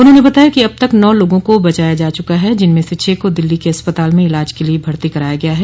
उन्होंने बताया कि अब तक नौ लोगों को बचाया जा चुका है जिनमें से छह को दिल्ली के अस्पताल में इलाज के लिए भती कराया गया है